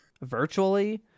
virtually